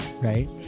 right